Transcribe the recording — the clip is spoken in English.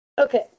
okay